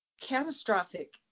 catastrophic